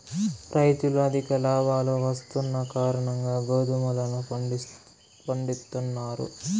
రైతులు అధిక లాభాలు వస్తున్న కారణంగా గోధుమలను పండిత్తున్నారు